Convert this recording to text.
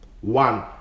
One